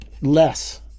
less